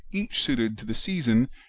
each suited to the season,